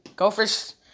Gophers